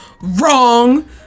Wrong